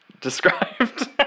described